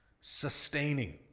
sustaining